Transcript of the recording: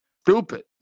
stupid